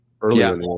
earlier